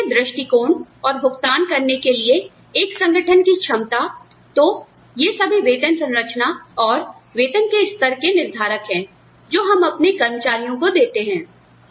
प्रबंधकीय दृष्टिकोण और भुगतान करने के लिए एक संगठन की क्षमता तो ये सभी वेतन संरचना और वेतन के स्तर के निर्धारक हैं जो हम अपने कर्मचारियों को देते हैं